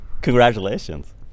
Congratulations